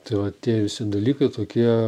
tai va tie visi dalykai tokie